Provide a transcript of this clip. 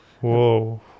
Whoa